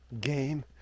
game